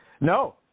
No